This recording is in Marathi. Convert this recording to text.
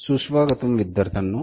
सुस्वागतम विद्यार्थ्यांनो